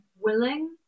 willing